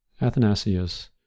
Athanasius